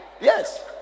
Yes